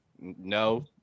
No